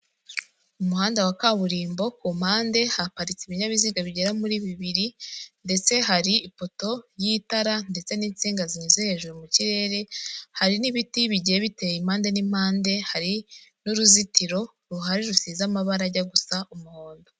Umuhanda wa kaburimbo ku mpande haparitse ibinyabiziga bigera muri bibiri ndetse hari ipoto y'itara ndetse n'insinga zinyuze hejuru mu kirere, hari n'ibiti bigiye biteye impande n'impande, hari n'uruzitiro ruhari rusize amabara ajya gusa umuhondo.